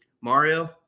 Mario